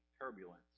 turbulence